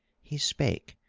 he spake,